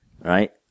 Right